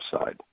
side